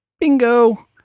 bingo